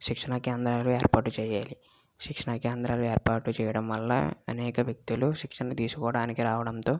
శిక్షణా కేంద్రాలు ఏర్పాటు చెయ్యాలి శిక్షణా కేంద్రాలు ఏర్పాటు చేయడంవల్ల అనేక వ్యక్తులు శిక్షణ తీసుకోవడానికి రావడంతో